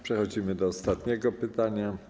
Przechodzimy do ostatniego pytania.